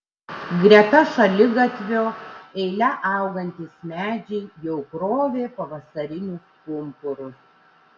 greta šaligatvio eile augantys medžiai jau krovė pavasarinius pumpurus